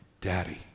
Daddy